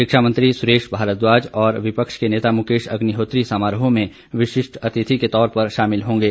शिक्षा मंत्री सुरेश भारद्वाज और विपक्ष के नेता मुकेश अग्निहोत्री समारोह में विशिष्ट अतिथि के तौर पर शामिल होंगे